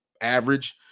average